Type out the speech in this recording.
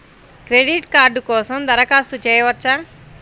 Credit card కోసం దరఖాస్తు చేయవచ్చా?